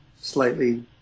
slightly